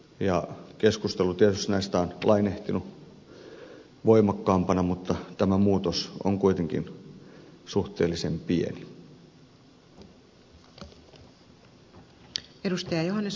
tietysti keskustelu näistä on lainehtinut voimakkaampana mutta tämä muutos on kuitenkin suhteellisen pieni